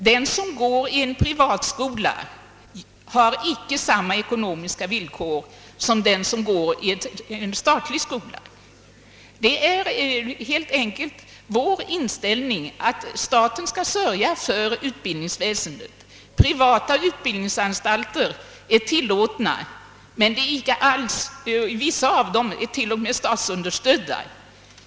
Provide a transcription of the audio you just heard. Den som går i en privat skola har icke samma ekonomiska villkor som den som går i en statlig skola. Det är helt enkelt vår inställning att staten skall sörja för undervisningsväsendet. Privata utbildningsanstalter är tillåtna, vissa av dem är t.o.m. statsunderstödda.